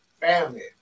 family